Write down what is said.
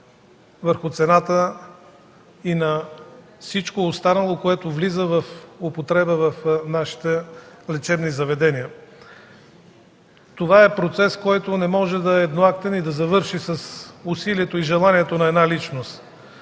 лекарствата и на всичко останало, което влиза в употреба в нашите лечебни заведения. Това е процес, който не може да е едноактен и да завърши с усилията и желанието на една личност.